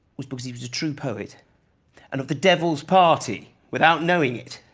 was because he was a true poet, and of the devil's party, without knowing it.